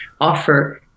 offer